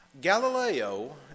Galileo